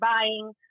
buying